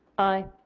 aye.